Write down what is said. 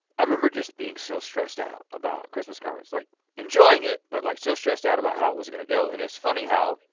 i remember just being so stressed out about christmas conference, like enjoying it, but like so stressed out about how it was gonna go. and it's funny how?